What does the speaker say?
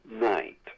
night